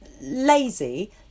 lazy